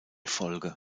folge